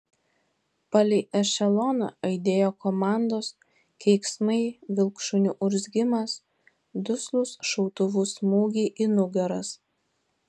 palei ešeloną aidėjo komandos keiksmai vilkšunių urzgimas duslūs šautuvų smūgiai į nugaras